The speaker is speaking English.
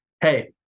hey